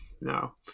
no